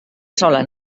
sola